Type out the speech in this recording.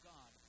God